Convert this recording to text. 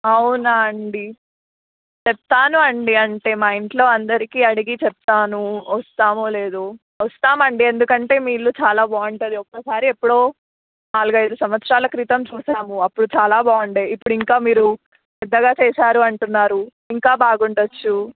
అవునా అండీ చెప్తాను అండీ అంటే మా ఇంట్లో అందరిని అడిగి చెప్తాను వస్తామో లేదో వస్తాము అండీ ఎందుకంటే మీ ఇల్లు చాలా బాగుంటుంది ఒక్కసారి ఎప్పుడో నాలుగైదు సంవత్సరాలు క్రితం చూసాము అప్పుడు చాలా బాగుండేది ఇప్పుడు ఇంకా మీరు పెద్దగా చేసారు అంటున్నారు ఇంకా బాగుండచ్చు